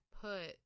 put